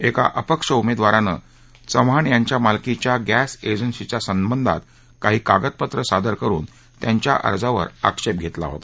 एका अपक्ष उमेदवारानं चव्हाण यांच्या मालकीच्या गॅस एजन्सीच्या संबंधात काही कागदपत्रं सादर करुन त्यांच्या अर्जावर आक्षेप घेतला होता